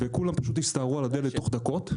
וכולם פשוט הסתערו על הדלת תוך דקות.